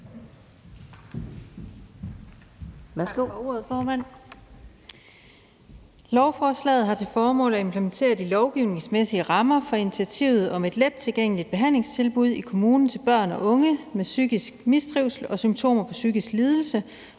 Lovforslaget har til formål at implementere de lovgivningsmæssige rammer for initiativet om et lettilgængeligt behandlingstilbud i kommunen til børn og unge med psykisk mistrivsel og symptomer på psykisk lidelse,